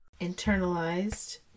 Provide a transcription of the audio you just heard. Internalized